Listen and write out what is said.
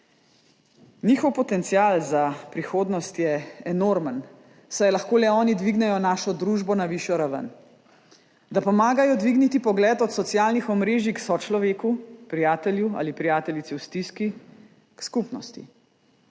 Njihov potencial za prihodnost je enormen, saj lahko le oni dvignejo našo družbo na višjo raven, da pomagajo dvigniti pogled od socialnih omrežij k sočloveku, prijatelju ali prijateljici v stiski, k skupnosti,